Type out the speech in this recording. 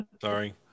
Sorry